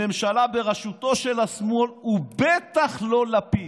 לממשלה בראשותו של השמאל, ובטח לא לפיד.